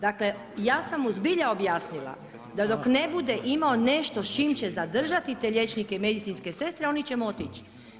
Dakle ja sam mu zbilja objasnila da dok ne bude imao nešto s čim će zadržati te liječnike i medicinske sestre, oni će mu otići.